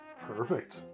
Perfect